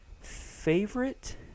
Favorite